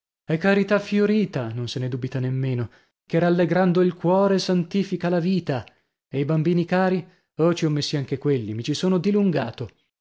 è carità fiorita non se ne dubita nemmeno che rallegrando il cuore santifica la vita e i bambini cari oh ci ho messi anche quelli mi ci sono dilungato